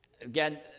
Again